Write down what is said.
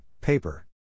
paper